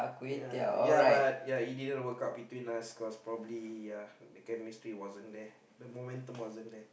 ya ya but ya it didn't work out between us cause probably ya the chemistry the wasn't there the momentum wasn't there